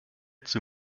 zur